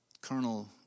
Colonel